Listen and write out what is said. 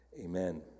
Amen